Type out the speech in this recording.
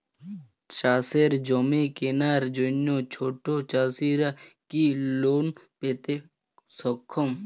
চাষের জমি কেনার জন্য ছোট চাষীরা কি লোন পেতে সক্ষম?